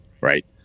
right